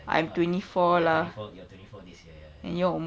you're not you're twenty four you're twenty for this year ya ya ya